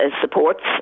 supports